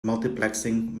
multiplexing